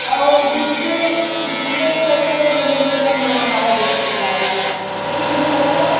और display display कैसे मतलब जैसे अब ह हमारा मेरा डिस्प्ले खराब हो गया तो कितने म लगेगा